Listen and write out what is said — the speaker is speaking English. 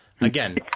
Again